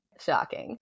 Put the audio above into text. Shocking